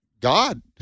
God